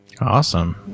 awesome